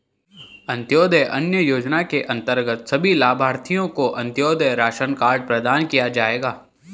अंत्योदय अन्न योजना के अंतर्गत सभी लाभार्थियों को अंत्योदय राशन कार्ड प्रदान किया जाएगा